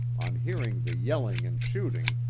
on hearing the yelling and shooting,